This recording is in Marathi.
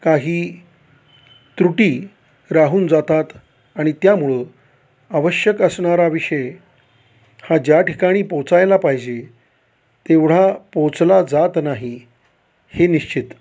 काही त्रुटी राहून जातात आणि त्यामुळं आवश्यक असणारा विषय हा ज्या ठिकाणी पोचायला पाहिजे तेवढा पोचला जात नाही हे निश्चित